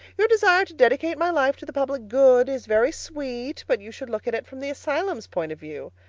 your desire to dedicate my life to the public good is very sweet, but you should look at it from the asylum's point of view.